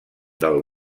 del